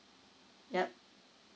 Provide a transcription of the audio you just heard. yup